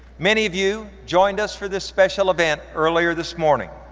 many of you joined us for this special event earlier this morning.